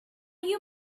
you